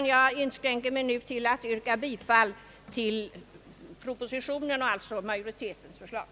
Jag yrkar bifall till propositionen och utskottsmajoritetens förslag.